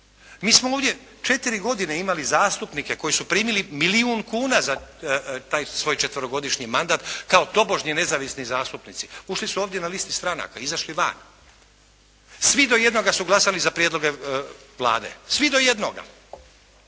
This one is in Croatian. Mi smo ovdje četiri godine imali zastupnike koji su primili milijun kuna za taj svoj četverogodišnji mandat kao tobožnji nezavisni zastupnici. Ušli su ovdje na listi stranaka, izašli van. Svi do jednoga su glasali za prijedlog Vlade, svi do jednoga